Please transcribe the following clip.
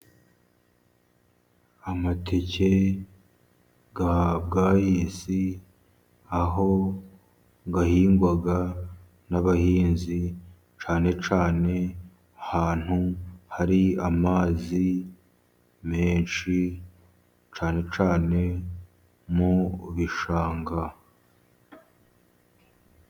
Amateke ya Bwayisi, aho ahingwa n'abahinzi cyane cyane ahantu hari amazi menshi, cyane cyane mu bishanga.